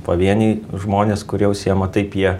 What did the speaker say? pavieniai žmonės kurie užsiima taip jie